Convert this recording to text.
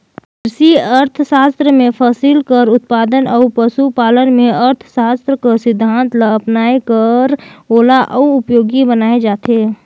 किरसी अर्थसास्त्र में फसिल कर उत्पादन अउ पसु पालन में अर्थसास्त्र कर सिद्धांत ल अपनाए कर ओला अउ उपयोगी बनाए जाथे